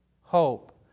hope